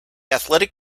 athletic